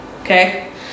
Okay